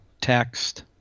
text